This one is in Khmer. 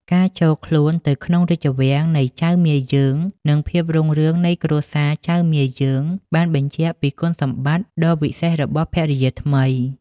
ការចូលខ្លួនទៅនៅក្នុងរាជវាំងនៃចៅមាយើង និងភាពរុងរឿងនៃគ្រួសារចៅមាយើងបានបញ្ជាក់ពីគុណសម្បត្តិដ៏វិសេសរបស់ភរិយាថ្មី។